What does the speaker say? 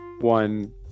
One